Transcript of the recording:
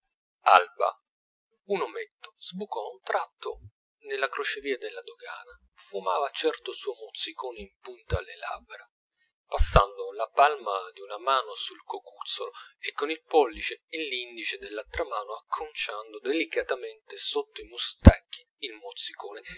un ometto sbucò a un tratto nella crocevia della dogana fumava certo suo mozzicone in punta alle labbra passando la palma di una mano sul cocuzzolo e con il pollice e l'indice dell'altra acconciando delicatamente sotto i mustacchi il mozzicone